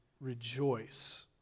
rejoice